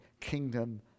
Kingdom